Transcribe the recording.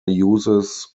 uses